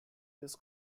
this